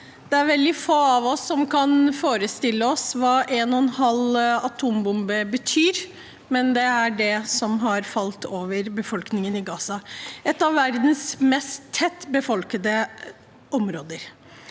Det er veldig få av oss som kan forestille seg hva en og en halv atombombe betyr, men det er tilsvarende det som har falt over befolkningen i Gaza, som er et av verdens tettest befolkede områder.